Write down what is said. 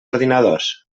ordinadors